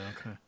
okay